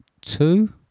two